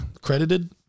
credited